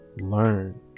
learn